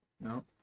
No